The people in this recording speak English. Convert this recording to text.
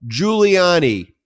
Giuliani